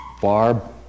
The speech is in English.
Barb